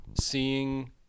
seeing